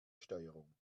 steuerung